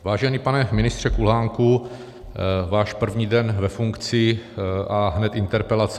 Vážený pane ministře Kulhánku, váš první den ve funkci, a hned interpelace.